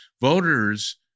voters